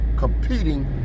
competing